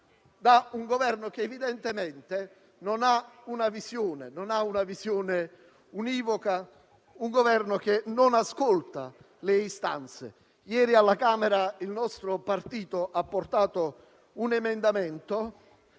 da un Governo che evidentemente non ha una visione univoca, un Governo che non ascolta le istanze. Ieri alla Camera il nostro partito ha presentato un emendamento